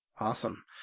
Awesome